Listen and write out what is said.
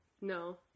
No